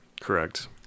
Correct